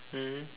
mm